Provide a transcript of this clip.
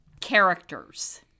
characters